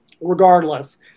regardless